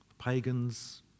pagans